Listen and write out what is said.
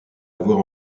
avoir